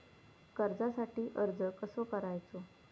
कर्जासाठी अर्ज कसो करायचो?